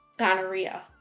gonorrhea